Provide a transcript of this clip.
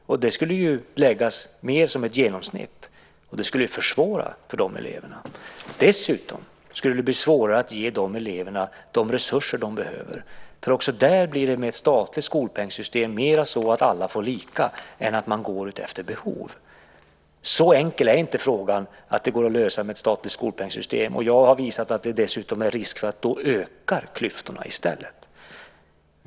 Med en statlig skolpeng skulle man hamna mer på ett genomsnitt, och det skulle försvåra för de eleverna. Dessutom skulle det bli svårare att ge de eleverna de resurser de behöver. Också där blir det med ett statligt skolpengssystem mera så att alla får lika mycket i stället för att man går efter behoven. Så enkel är inte frågan att den går att lösa med ett statligt skolpengssystem. Jag har visat att det dessutom är risk för att klyftorna i stället ökar.